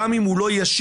גם אם הוא לא ישיר,